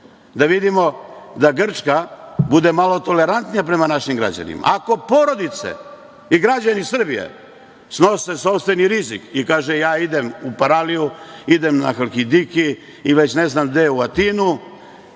da vidimo da Grčka bude malo tolerantnija prema našim građanima. Ako porodice i građani Srbije snose sopstveni rizik i kažu - ja idem u Paraliju, idem na Halkidiki ili već ne znam gde, u Atinu,